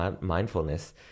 mindfulness